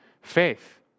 faith